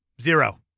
zero